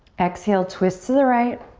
exhale, twist to the right,